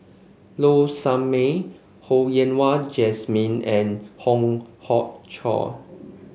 Low Sanmay Ho Yen Wah Jesmine and Hong Hong Chiok